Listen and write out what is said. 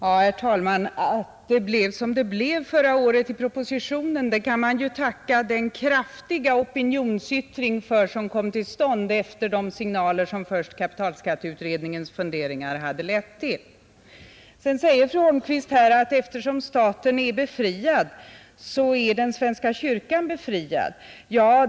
Herr talman! Att det blev som det blev i propositionen förra året, för det kan man tacka den kraftiga opinionsyttring som kom till stånd efter de funderingar som kapitalskatteberedningen först hade signalerat om. Fru Holmqvist säger sedan att eftersom staten är befriad från arvsskatt så är svenska kyrkan befriad.